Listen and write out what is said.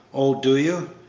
oh, do you?